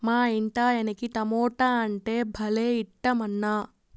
మా ఇంటాయనకి టమోటా అంటే భలే ఇట్టమన్నా